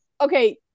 Okay